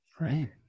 Right